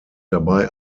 dabei